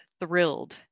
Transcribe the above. thrilled